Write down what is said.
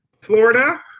Florida